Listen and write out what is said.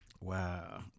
Wow